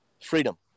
freedom